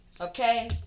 Okay